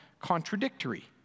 contradictory